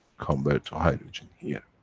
convert to hydrogen here,